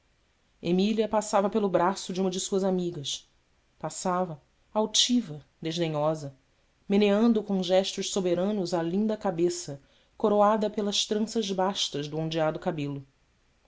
emília passava pelo braço de uma de suas amigas passava altiva desdenhosa meneando com gestos soberanos a linda cabeça coroada pelas tranças bastas do ondeado cabelo